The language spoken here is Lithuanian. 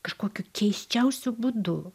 kažkokiu keisčiausiu būdu